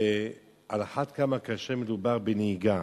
ועל אחת כמה וכמה כאשר מדובר בנהיגה.